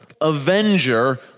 avenger